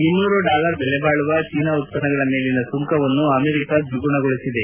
ಇನ್ನೂರು ಡಾಲರ್ ಬೆಲೆ ಬಾಳುವ ಚೀನಾ ಉತ್ತನ್ನಗಳ ಮೇಲಿನ ಸುಂಕವನ್ನು ಅಮೆರಿಕ ದ್ವಿಗುಣಗೊಳಿಸಿದೆ